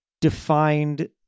defined